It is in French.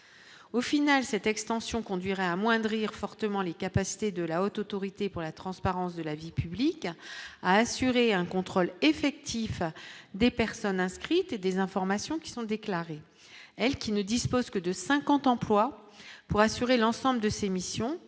au final, cette extension conduirait à amoindrir fortement les capacités de la Haute autorité pour la transparence de la vie publique à assurer un contrôle effectif des personnes inscrites et des informations qui sont déclarés, elle qui ne dispose que de 50 employes pour assurer l'ensemble de ses missions,